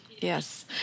yes